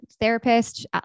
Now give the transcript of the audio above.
therapist